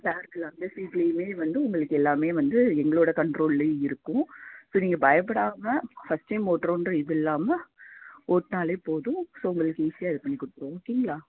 பேக்கில் அந்த சீட்லேயுமே வந்து உங்களுக்கு எல்லாமே வந்து எங்களோடய கன்ட்ரோல்லையும் இருக்கும் இப்போ நீங்கள் பயப்படாமல் ஃபர்ஸ்ட் டைம் ஓட்டுறோன்ற இது இல்லாமல் ஓட்டினாலே போதும் ஸோ உங்களுக்கு ஈசியாக இது பண்ணிக் கொடுத்துருவோம் ஓகேங்களா